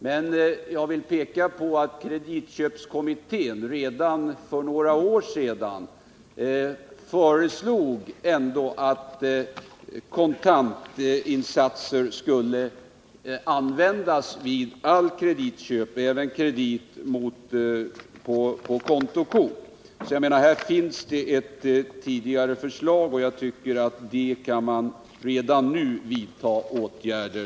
Men jag vill peka på att kreditköpskommittén redan för några år sedan föreslog att kontantinsatser skulle användas vid alla kreditköp, även beträffande kredit genom kontokort. Här finns alltså sedan tidigare ett förslag, och jag tycker därför att vi redan nu kan vidta åtgärder.